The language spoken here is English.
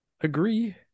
Agree